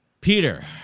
Peter